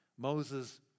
Moses